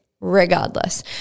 regardless